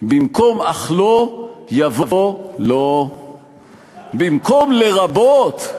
התקציב",/ במקום "אך לא" יבוא "לא",/ במקום "לרבות"